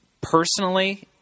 Personally